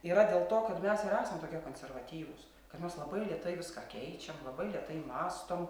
yra dėl to kad mes ir esam tokie konservatyvūs kad mes labai lėtai viską keičiam labai lėtai mąstom